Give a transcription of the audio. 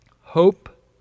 hope